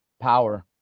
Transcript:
power